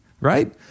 right